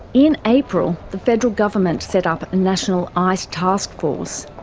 in april the federal government set up a national ice taskforce.